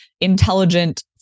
intelligent